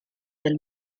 del